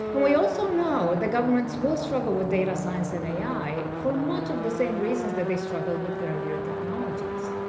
and we also know the government will struggle with data science and ai for much of the same reasons that they struggled with earlier technologies.